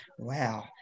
Wow